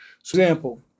Example